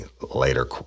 later